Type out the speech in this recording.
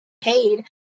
paid